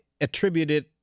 attributed